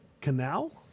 canal